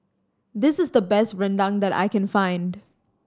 this is the best rendang that I can find